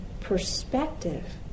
perspective